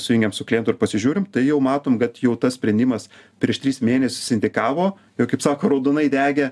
sujungiam su klientu ir pasižiūrim tai jau matom kad jau tas sprendimas prieš tris mėnesius indikavo jau kaip sako raudonai degė